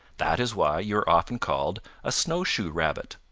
that is why you are often called a snowshoe rabbit.